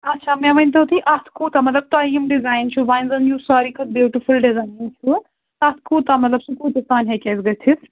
اَچھا مےٚ ؤنۍتو تُہۍ اَتھ کوٗتاہ مطلب تۄہہِ یِم ڈِزایِن چھُ وۅنۍ زَن یُس سارِوٕے کھۄتہٕ بیٛوٗٹِفُل ڈِزایِن چھُ تَتھ کوٗتاہ مطلب سُہ کوٗتاہ تانۍ ہیٚکہِ اَسہِ گٔژھِتھ